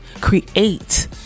create